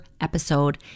episode